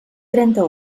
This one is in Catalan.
trenta